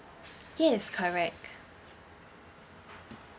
yes correct